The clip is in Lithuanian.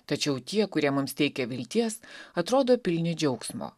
tačiau tie kurie mums teikia vilties atrodo pilni džiaugsmo